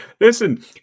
Listen